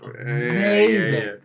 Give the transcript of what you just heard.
amazing